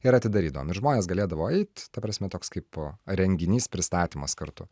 ir atidarydavom ir žmonės galėdavo eit ta prasme toks kaip renginys pristatymas kartu